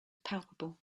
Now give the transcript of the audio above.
palpable